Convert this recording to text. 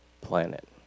planet